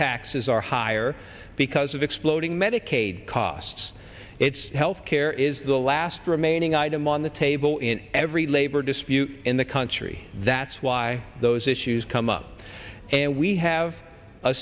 taxes are higher because of exploding medicaid costs its health care is the last remaining item on the table in every labor dispute in the country that's why those issues come up and we have a